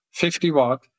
50-watt